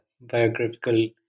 biographical